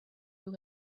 who